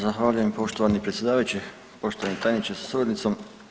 Zahvaljujem poštovani predsjedavajući, poštovani tajniče sa suradnicom.